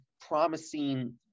promising